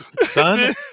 son